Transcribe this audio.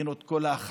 עשו את כל ההכנות,